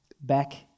back